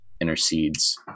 intercedes